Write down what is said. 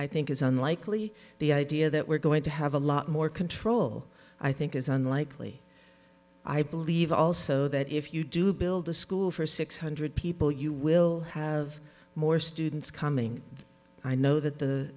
i think is unlikely the idea that we're going to have a lot more control i think is unlikely i believe also that if you do build a school for six hundred people you will have more students coming i know that the